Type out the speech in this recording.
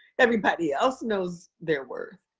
everybody else knows their worth.